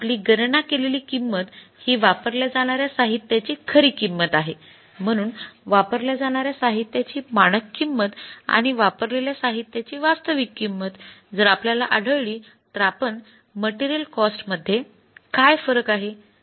आपली गणना केलेली किंमत ही वापरल्या जाणाऱ्या साहित्याची खरी किंमत आहे म्हणून वापरल्या जाणाऱ्या साहित्याची मानक किंमत आणि वापरलेल्या साहित्याची वास्तविक किंमत जर आपल्याला आढळली तर आपण मटेरियल कॉस्ट मध्ये काय फरक आहे